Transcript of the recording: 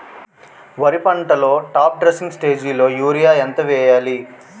వరి పంటలో top dressing స్టేజిలో యూరియా ఎంత వెయ్యాలి?